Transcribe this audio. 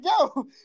yo